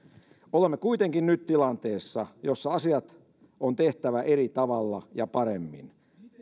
olemme nyt kuitenkin tilanteessa jossa asiat on tehtävä eri tavalla ja paremmin